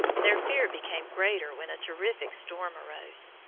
their fear became greater when a terrific storm arose.